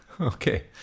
Okay